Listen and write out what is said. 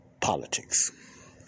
politics